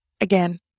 Again